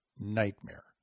nightmare